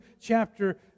chapter